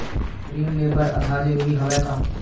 ऋण ले बर आधार जरूरी हवय का?